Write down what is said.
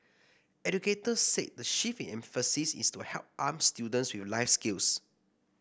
educators said the shift in emphasis is to help arm students with life skills